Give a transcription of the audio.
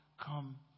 come